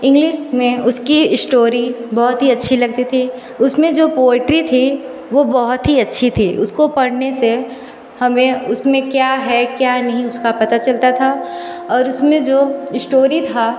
English में उसकी story बहुत ही अच्छी लगती थी उसमें जो पोयट्री थी वो बहुत ही अच्छी थी उसको पढ़ने से हमें उसमें क्या है क्या नहीं उसका पता चलता था और उसमें स्टोरी था